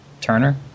Turner